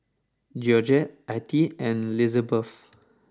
Georgette Attie and Lizabeth